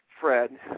Fred